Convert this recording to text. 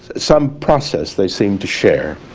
some process they seemed to share